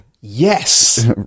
yes